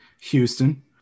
Houston